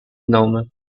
known